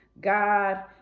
God